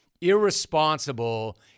irresponsible